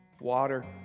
water